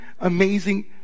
amazing